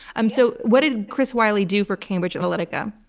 um so what did chris wylie do for cambridge analytica?